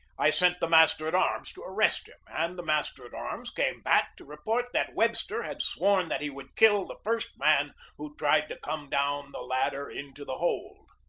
i sent the master at arms to arrest him, and the master at arms came back to report that webster had sworn that he would kill the first man who tried to come down the ladder into the hold.